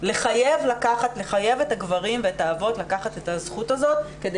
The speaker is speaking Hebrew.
את הגברים ואת האבות לקחת את הזכות הזאת כדי